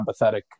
empathetic